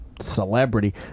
celebrity